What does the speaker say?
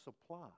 supply